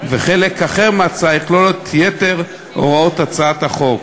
והחלק האחר יכלול את יתר הוראות הצעת החוק.